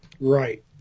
Right